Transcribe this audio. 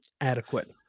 adequate